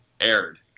aired